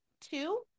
two